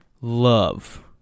love